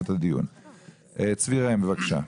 בבקשה.